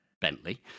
Bentley